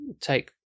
take